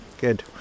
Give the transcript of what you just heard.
good